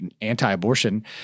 anti-abortion